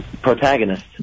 protagonist